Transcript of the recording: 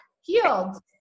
Healed